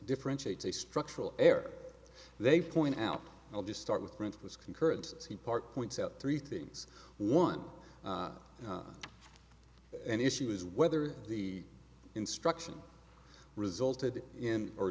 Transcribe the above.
differentiates a structural air they point out i'll just start with principles concurrent see part points out three things one an issue is whether the instruction resulted in or